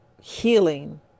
healing